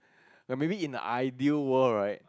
like maybe in the ideal world right